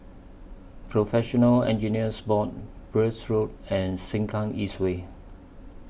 Professional Engineers Board Birch Road and Sengkang East Way